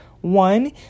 one